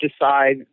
decide